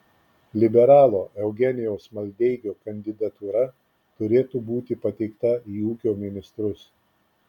liberalo eugenijaus maldeikio kandidatūra turėtų būti pateikta į ūkio ministrus